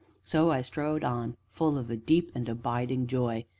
so i strode on, full of a deep and abiding joy,